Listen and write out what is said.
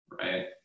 right